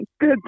Good